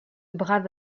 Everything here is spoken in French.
brave